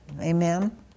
Amen